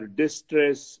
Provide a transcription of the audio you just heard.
distress